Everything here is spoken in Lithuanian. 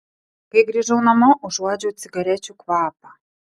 kai grįžau namo užuodžiau cigarečių kvapą